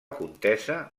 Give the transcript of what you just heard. contesa